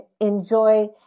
enjoy